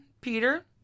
Peter